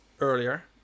earlier